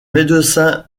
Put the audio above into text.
médecins